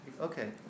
Okay